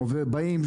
באים,